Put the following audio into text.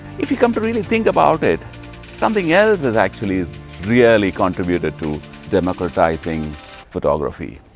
if you come to really think about it something else is actually really contributed to democratizing photography